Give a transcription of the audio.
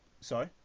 sorry